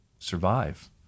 survive